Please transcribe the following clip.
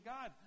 God